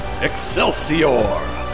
Excelsior